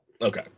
Okay